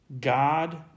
God